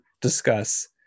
discuss